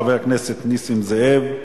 חבר הכנסת נסים זאב,